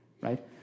right